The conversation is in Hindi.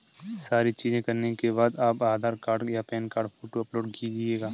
सारी चीजें करने के बाद आप आधार कार्ड या पैन कार्ड फोटो अपलोड कीजिएगा